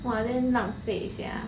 !wah! then 浪费 sia